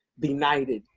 benighted,